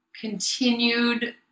continued